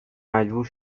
مجبور